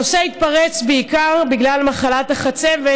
הנושא התפרץ בעיקר בגלל מחלת החצבת,